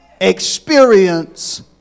experience